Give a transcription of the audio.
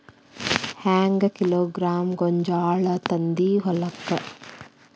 ಹೆಂಗ್ ಕಿಲೋಗ್ರಾಂ ಗೋಂಜಾಳ ತಂದಿ ಹೊಲಕ್ಕ?